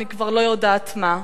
אני כבר לא יודעת מה,